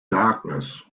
darkness